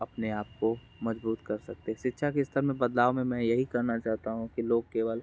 अपने आप को मजबूत कर सकते है शिक्षा के स्तर में बदलाव में मैं यही करना चाहता हूँ कि लोग केवल